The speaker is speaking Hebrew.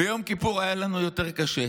ביום כיפור היה לנו יותר קשה,